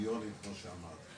למיליונים כמו שאמרת.